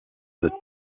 the